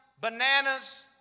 bananas